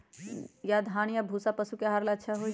या धान के भूसा पशु के आहार ला अच्छा होई?